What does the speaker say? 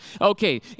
Okay